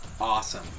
awesome